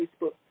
Facebook